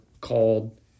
called